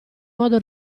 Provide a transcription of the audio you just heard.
modo